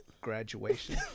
Graduation